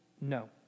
No